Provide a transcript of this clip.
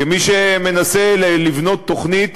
כמי שמנסה לבנות תוכנית